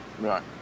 Right